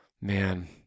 man